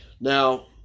Now